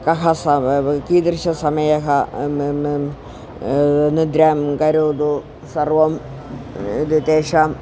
कः स कीदृश समयः निद्रां करोतु सर्वं तेषाम्